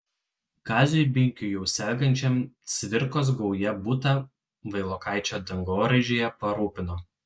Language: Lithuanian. kaziui binkiui jau sergančiam cvirkos gauja butą vailokaičio dangoraižyje parūpino